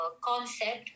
concept